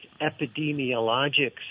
epidemiologic